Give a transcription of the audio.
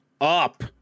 up